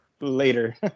later